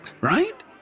right